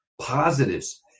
positives